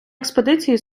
експедиції